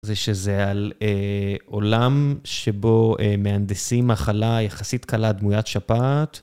זה שזה על עולם שבו מהנדסים מחלה יחסית קלה דמויית שפעת.